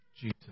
Jesus